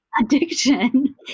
Addiction